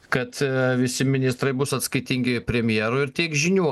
kad visi ministrai bus atskaitingi premjerui ir tiek žinių